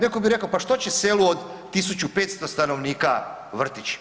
Netko bi rekao pa što će selu od 1500 stanovnika vrtić?